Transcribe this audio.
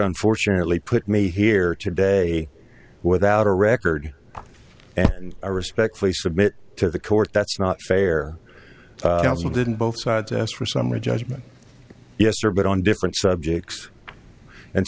unfortunately put me here today without a record and i respectfully submit to the court that's not fair didn't both sides ask for summary judgment yes sir but on different subjects and